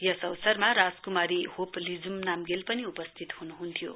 यस अवसरमा राजकुमारी होप लिजुम नाम्गेल पनि उपस्थित हुनुहुन्थ्यो